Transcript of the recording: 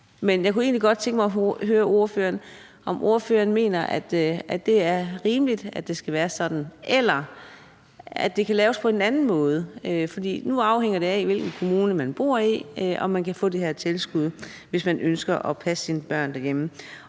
Men jeg kunne egentlig godt tænke mig at høre ordføreren, om ordføreren mener, at det er rimeligt, at det skal være sådan, eller om det kan laves på en anden måde. For nu afhænger det af, hvilken kommune man bor i, om man kan få det her tilskud, hvis man ønsker at passe sine børn derhjemme.